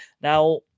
Now